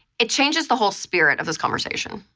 it changes the whole spirit of this conversation.